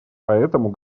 поэтому